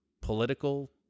political